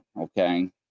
Okay